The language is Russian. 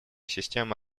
системы